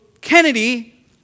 Kennedy